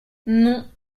non